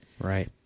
Right